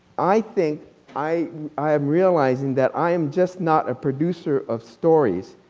i think i i am realizing that i am just not a producer of stories,